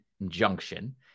injunction